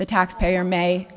the taxpayer may